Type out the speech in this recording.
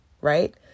right